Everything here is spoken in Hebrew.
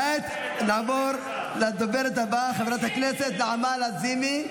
כעת נעבור לדוברת הבאה, חברת הכנסת נעמה לזימי.